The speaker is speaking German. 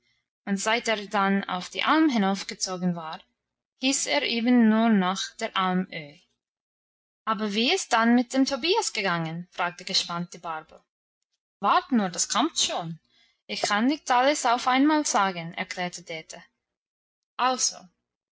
und seit er dann auf die alm hinaufgezogen war hieß er eben nur noch der alm öhi aber wie ist es dann mit dem tobias gegangen fragte gespannt die barbel wart nur das kommt schon ich kann nicht alles auf einmal sagen erklärte dete also